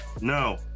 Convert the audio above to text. No